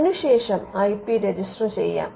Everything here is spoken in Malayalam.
അതിന് ശേഷം ഐ പി രജിസ്റ്റർ ചെയ്യാം